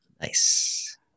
Nice